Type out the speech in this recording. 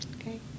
Okay